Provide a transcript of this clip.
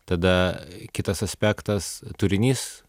tada kitas aspektas turinys